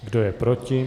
Kdo je proti?